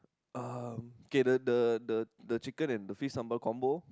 um okay the the the the chicken and the fish sambal combo